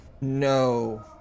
No